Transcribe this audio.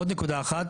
אחת,